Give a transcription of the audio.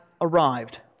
arrived